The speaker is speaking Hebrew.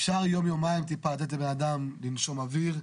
אפשר יום יומיים טיפה לתת לבן אדם לנשום אוויר.